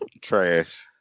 Trash